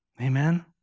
Amen